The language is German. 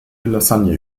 lasagne